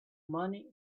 money